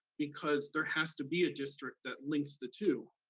because there has to be a district that links the two